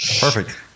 perfect